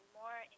more